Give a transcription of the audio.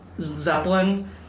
Zeppelin